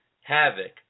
Havoc